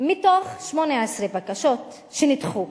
מתוך 18 בקשות שנדחו.